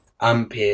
Ampere